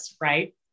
Right